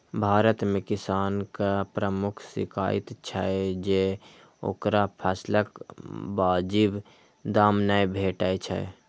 भारत मे किसानक प्रमुख शिकाइत छै जे ओकरा फसलक वाजिब दाम नै भेटै छै